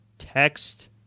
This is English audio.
text